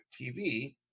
TV